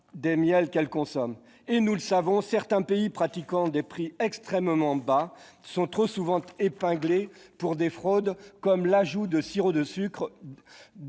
des miels qu'elle consomme. Et, nous le savons, certains pays pratiquant des prix extrêmement bas sont trop souvent épinglés pour des fraudes, comme l'ajout de sirop de sucre.